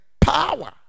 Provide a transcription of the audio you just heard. power